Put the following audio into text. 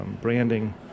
branding